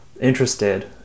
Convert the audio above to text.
interested